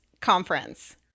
conference